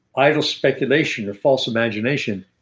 i have speculation, a false imagination.